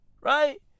Right